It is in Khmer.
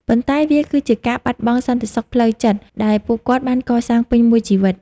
ប៉ុន្តែវាគឺជាការបាត់បង់សន្តិសុខផ្លូវចិត្តដែលពួកគាត់បានកសាងពេញមួយជីវិត។